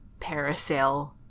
parasail